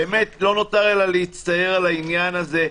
באמת לא נותר אלא להצטער על העניין הזה.